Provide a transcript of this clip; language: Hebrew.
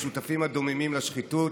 השותפים הדוממים לשחיתות,